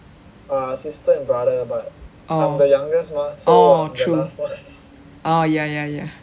oh oh true oh yeah yeah yeah